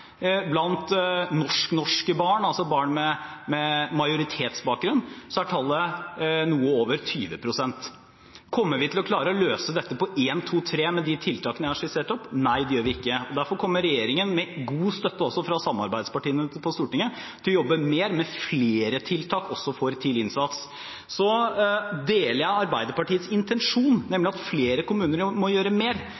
barn, altså barn med majoritetsbakgrunn, er tallet noe over 20 pst. Kommer vi til å klare å løse dette på 1-2-3 med de tiltakene jeg har skissert? Nei, det gjør vi ikke. Derfor kommer regjeringen, med god støtte fra samarbeidspartiene på Stortinget, til å jobbe mer med flere tiltak også for tidlig innsats. Jeg deler Arbeiderpartiets intensjon, nemlig at flere kommuner må gjøre mer.